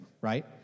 right